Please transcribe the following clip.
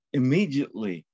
immediately